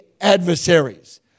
adversaries